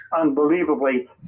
unbelievably